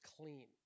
clean